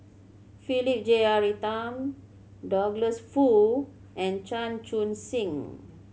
Philip Jeyaretnam Douglas Foo and Chan Chun Sing